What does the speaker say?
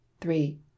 three